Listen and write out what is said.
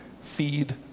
feed